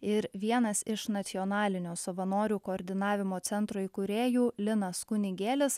ir vienas iš nacionalinio savanorių koordinavimo centro įkūrėjų linas kunigėlis